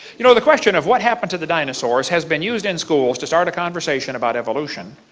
you know the question of what happened to the dinosaurs, has been used in schools. to start a conversation about evolution,